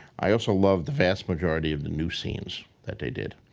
i also loved the vast majority of the new scenes that they did.